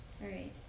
right